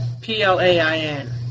P-L-A-I-N